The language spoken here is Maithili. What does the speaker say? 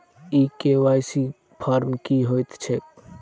ई के.वाई.सी फॉर्म की हएत छै?